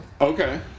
Okay